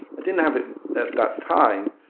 i didn't have it at that time,